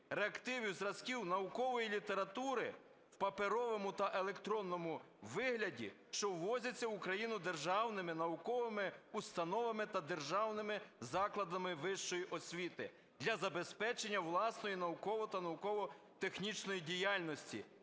реактивів, зразків, наукової літератури в паперовому та електронному вигляді, що ввозяться в Україну державними науковими установами та державними закладами вищої освіти для забезпечення власної наукової та науково-технічної діяльності,